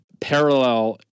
parallel